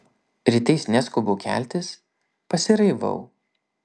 rytais neskubu keltis pasiraivau